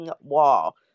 wall